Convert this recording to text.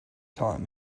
time